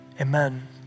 amen